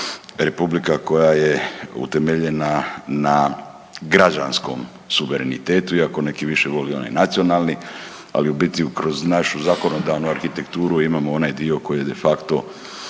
republika koja je utemeljena na građanskom suverenitetu iako neki više vole onaj nacionalni, ali u biti kroz našu zakonodavnu arhitekturu imamo onaj dio koji je de facto